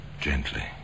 Gently